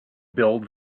build